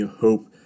Hope